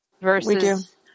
versus